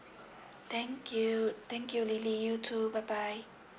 thank you thank you lily you too bye bye